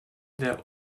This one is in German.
der